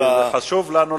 כי זה חשוב לנו,